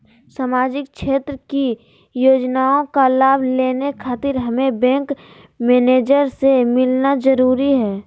सामाजिक क्षेत्र की योजनाओं का लाभ लेने खातिर हमें बैंक मैनेजर से मिलना जरूरी है?